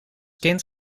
kind